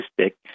stick